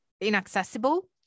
inaccessible